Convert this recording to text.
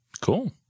Cool